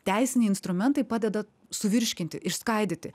teisiniai instrumentai padeda suvirškinti išskaidyti